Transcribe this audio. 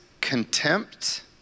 contempt